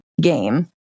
game